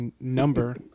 number